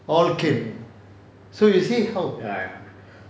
all came so you see how